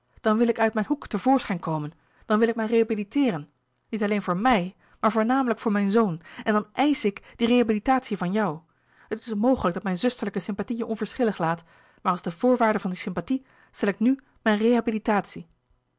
zielen wil ik uit mijn hoek te voorschijn komen dan wil ik mij rehabiliteeren niet alleen voor mij maar voornamelijk voor mijn zoon en dan e i s c h ik die rehabilitatie van jou het is mogelijk dat mijn zusterlijke sympathie je onverschillig laat maar als de voorwaarde van die sympathie stel ik nu mijn